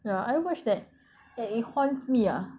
ah I watch that and it haunts me ah